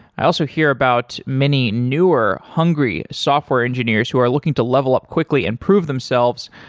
i also hear about many, newer, hungry software engineers who are looking to level up quickly and prove themselves.